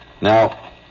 Now